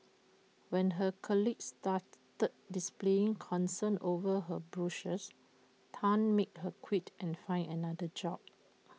when her colleagues started displaying concern over her Bruises Tan made her quit and find another job